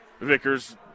Vickers